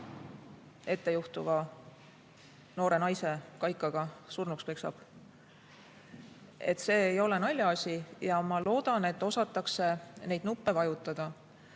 ettejuhtuva noore naise kaikaga surnuks peksab. See ei ole naljaasi. Ja ma loodan, et osatakse neid nuppe vajutada. Paraku